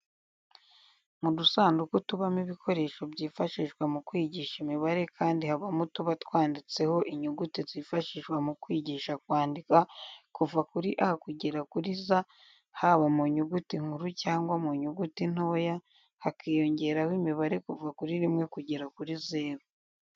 Mu dusanduku tubamo ibikoresho byifashishwa mu kwigisha imibare kandi habamo utuba twanditsemo inyuguti zifashishwa mu kwigisha kwandika kuva kuri A kugera kuri Z haba mu nyuguti nkuru cyangwa mu nyuguti ntoya, hakiyongeraho imibare kuva kuri rimwe kugera kuri zeru.